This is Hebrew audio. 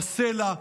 בסלע,